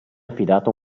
affidato